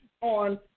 on